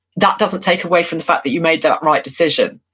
that doesn't take away from the fact that you made that right decision.